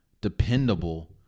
dependable